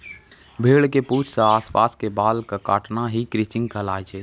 भेड़ के पूंछ के आस पास के बाल कॅ काटना हीं क्रचिंग कहलाय छै